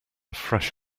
fresh